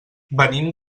venim